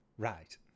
Right